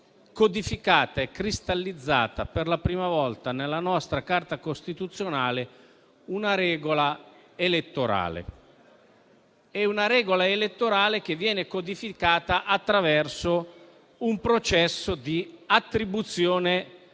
codificata e cristallizzata per la prima volta, nella nostra Carta costituzionale, una regola elettorale; tale regola viene codificata attraverso un processo di attribuzione di